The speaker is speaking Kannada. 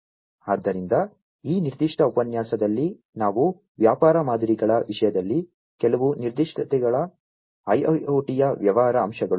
ಆದ್ದರಿಂದ ಈ ನಿರ್ದಿಷ್ಟ ಉಪನ್ಯಾಸದಲ್ಲಿ ನಾವು ವ್ಯಾಪಾರ ಮಾದರಿಗಳ ವಿಷಯದಲ್ಲಿ ಕೆಲವು ನಿರ್ದಿಷ್ಟತೆಗಳು IIoT ಯ ವ್ಯವಹಾರ ಅಂಶಗಳು